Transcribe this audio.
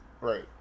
Right